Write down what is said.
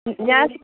ഞാൻ